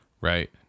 Right